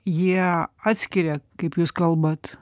jie atskiria kaip jūs kalbat